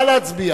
נא להצביע.